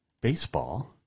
baseball